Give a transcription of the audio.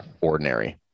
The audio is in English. ordinary